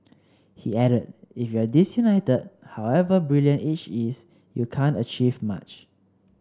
he added If you're disunited however brilliant each is you can't achieve much